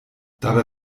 dabei